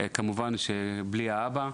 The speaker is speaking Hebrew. כמובן בלי האבא,